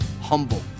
humble